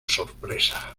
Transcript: sorpresa